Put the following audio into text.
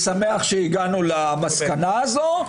שמח שהגענו למסקנה זו.